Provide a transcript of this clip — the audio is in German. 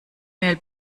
mail